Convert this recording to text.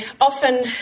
often